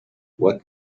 what